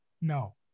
No